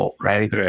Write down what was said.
right